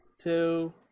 two